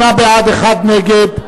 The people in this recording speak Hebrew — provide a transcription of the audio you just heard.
58 בעד, אחד נגד.